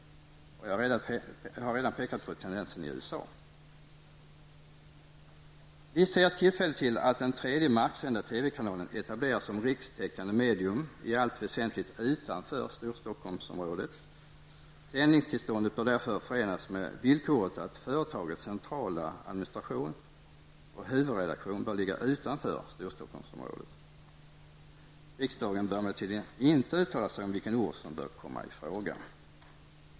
Jag har redan pekat på tendensen i USA. Vi ser ett tillfälle till att den tredje marksända TV Sändningstillståndet bör därför förenas med villkoret att företagets centrala administration och huvudredaktion bör ligga utanför Storstockholmsområdet. Riksdagen bör emellertid inte uttala sig om vilken ort som bör komma i fråga.